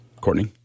Courtney